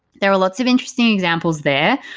there are lots of interesting examples there.